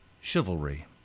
chivalry